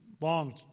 long